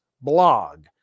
Blog